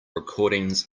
recordings